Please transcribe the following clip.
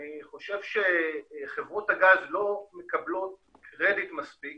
אני חושב שחברות הגז לא מקבלות קרדיט מספיק